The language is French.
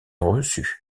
reçue